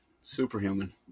Superhuman